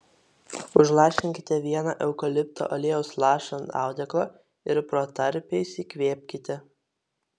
užlašinkite vieną eukalipto aliejaus lašą ant audeklo ir protarpiais įkvėpkite